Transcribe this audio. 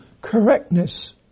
correctness